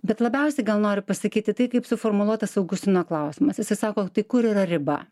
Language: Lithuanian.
bet labiausiai gal norui pasakyti tai kaip suformuluotas augustino klausimas jisai sako tai kur yra riba